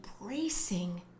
embracing